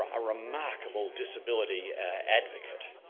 ah remarkable disability advocate.